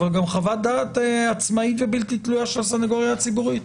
וגם חוות דעת עצמאית ובלתי תלויה של הסנגוריה הציבורית.